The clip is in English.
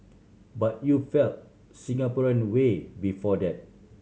but you felt Singaporean way before that